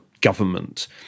government